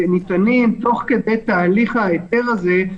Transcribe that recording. שניתנים תוך כדי תהליך ההיתר הזה,